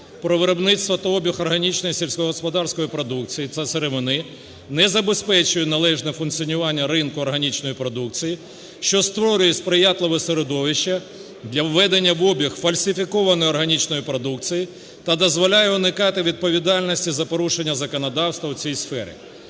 "Про виробництво та обіг органічної сільськогосподарської продукції та сировини" не забезпечує належне функціонування ринку органічної продукції, що створює сприятливе середовище для введення в обіг фальсифікованої органічної продукції та дозволяє уникати відповідальності за порушення законодавства у цій сфері.